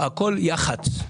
הכול יח"צ.